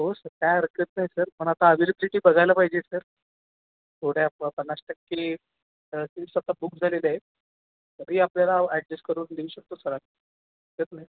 हो सर काय हरकत नाही सर पण आता अवेलिबिलिटी बघायला पाहिजे सर थोड्या प पन्नास टक्के तीस टक्का बुक झालेले आहे तरी आपल्याला ॲडजेस्ट करून देऊ शकतो सर आम्ही हरकत नाही